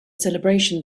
celebration